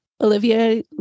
Olivia